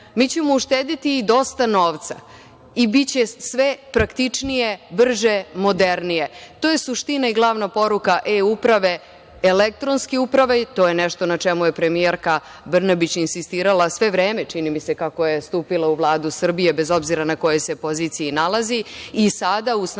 Mi ćemo uštedeti i dosta novca i biće sve praktičnije, brže, modernije. To je suština i glavna poruka e-uprave, elektronske uprave. To je nešto na čemu je premijerka Brnabić insistirala sve vreme, čini mi se kako je stupila u Vladu Srbije, bez obzira na kojoj se poziciji nalazi i sada uz snažnu